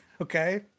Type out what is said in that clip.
okay